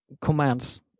commands